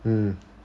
mm